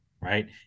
right